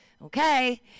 Okay